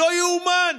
לא יאומן.